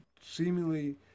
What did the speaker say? seemingly